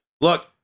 Look